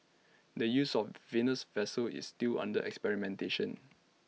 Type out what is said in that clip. the use of the Venus vessel is still under experimentation